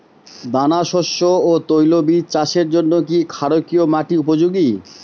দানাশস্য ও তৈলবীজ চাষের জন্য কি ক্ষারকীয় মাটি উপযোগী?